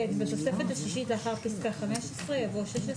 בתוספת השישית, לאחר פסקה (15) יבוא: "(16)